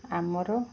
ଆମର